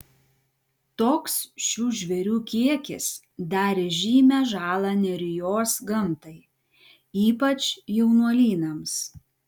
toks šių žvėrių kiekis darė žymią žalą nerijos gamtai ypač jaunuolynams